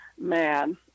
man